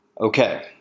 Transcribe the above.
okay